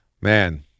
Man